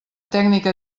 tècnica